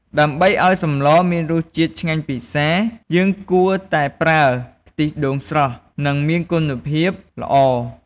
ដើម្បីឱ្យសម្លមានរសជាតិឆ្ងាញ់ពិសា យើងគួរតែប្រើ ខ្ទិះដូងស្រស់ និងមានគុណភាពល្អ។